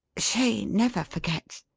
she never forgets,